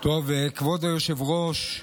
היושב-ראש,